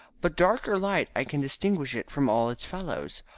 but dark or light i can distinguish it from all its fellows.